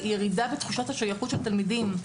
ירידה בתחושת השייכות של תלמידים,